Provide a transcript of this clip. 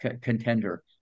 contender